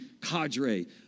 cadre